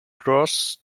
gros